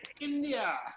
india